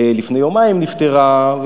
לפני יומיים נפטרה,